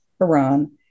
Iran